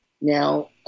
now